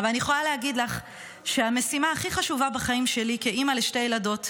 אבל אני יכולה להגיד לך שהמשימה הכי חשובה בחיים שלי כאימא לשתי ילדות,